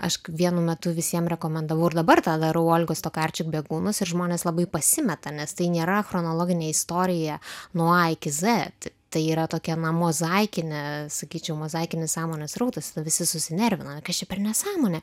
aš vienu metu visiem rekomendavau ir dabar tą darau olgos tokarčuk bėgūnus ir žmonės labai pasimeta nes tai nėra chronologinė istorija nuo a iki zet tai yra tokia na mozaikinė sakyčiau mozaikinis sąmonės srautas visi susinervina kas čia per nesąmonė